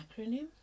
acronym